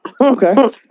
okay